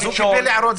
הוא קיבל הערות.